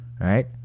right